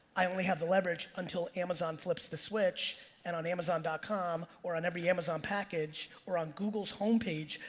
i only have the leverage until amazon flips the switch and on amazon dot com or on every amazon package, or on google's home page,